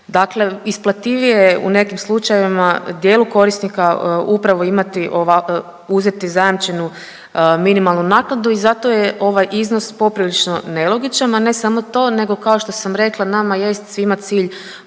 Dakle, isplativije je u nekim slučajevima dijelu korisnika upravo imati uzeti zajamčenu minimalnu naknadu i zato je ovaj iznos poprilično nelogičan, a ne samo nego kao što sam rekla nama jest svima cilj